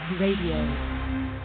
Radio